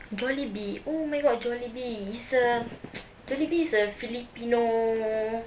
Jollibee oh my god Jollibee is a Jollibee is a filipino